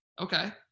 okay